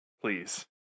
Please